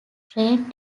train